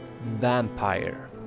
Vampire